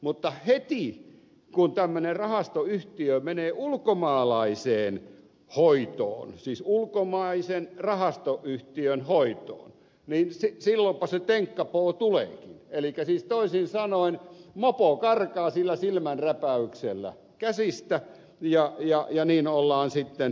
mutta heti kun tämmöinen rahastoyhtiö menee ulkomaalaiseen hoitoon siis ulkomaisen rahastoyhtiön hoitoon niin silloinpa se tenkkapoo tuleekin elikkä siis toisin sanoen mopo karkaa sillä silmänräpäyksellä käsistä jakkuja ja niin ollaan sitten